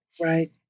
Right